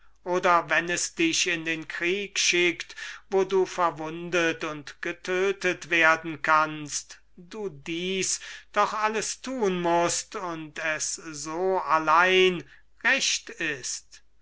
oder wenn es dich in den krieg schickt wo du verwundet und getötet werden kannst du dies doch alles tun mußt und es so allein recht ist